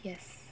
yes